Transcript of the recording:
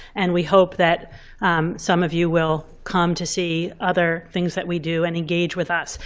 and we hope that some of you will come to see other things that we do and engage with us.